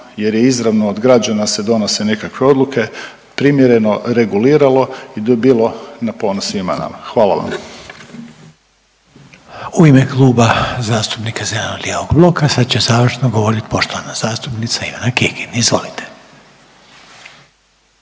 jer je izravno od građana se donose nekakve odluke primjereno reguliralo i bilo na ponos svima nama. Hvala vam. **Reiner, Željko (HDZ)** U ime Kluba zastupnika zeleno-lijevog bloka sada će završno govoriti poštovana zastupnica Ivana Kekin. Izvolite.